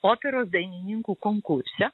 operos dainininkų konkurse